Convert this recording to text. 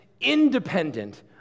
independent